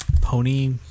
pony